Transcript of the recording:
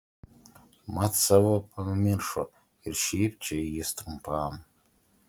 mat savo pamiršo ir šiaip čia jis trumpam